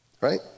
Right